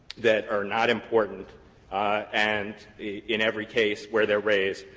that are not important and in every case where they're raised,